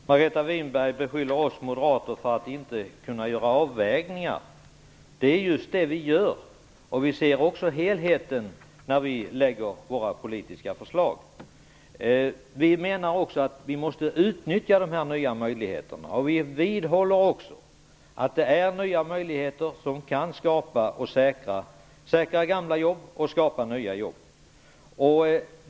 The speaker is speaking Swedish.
Fru talman! Margareta Winberg beskyller oss moderater för att inte kunna göra avvägningar. Det är just det vi gör. Vi ser också till helheten när vi lägger fram våra politiska förslag. Vi menar också att det nya möjligheterna måste utnyttjas. Vi vidhåller att det är nya möjligheter som kan säkra gamla jobb och skapa nya jobb.